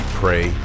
pray